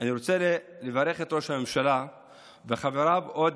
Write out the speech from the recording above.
אני רוצה לברך את ראש הממשלה וחבריו עודה,